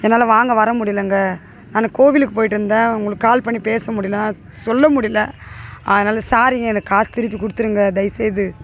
என்னால் வாங்க வர முடியலைங்க நான் கோவிலுக்கு போய்ட்டுருந்தேன் உங்களுக்கு கால் பண்ணி பேச முடியல சொல்ல முடியல அதனால் சாரிங்க எனக்கு காசு திருப்பி கொடுத்துருங்க தயவுசெய்து